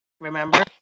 Remember